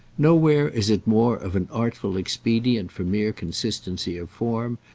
nowhere is it more of an artful expedient for mere consistency of form,